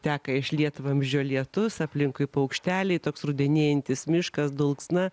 teka iš lietvamzdžio lietus aplinkui paukšteliai toks rudenėjantis miškas dulksna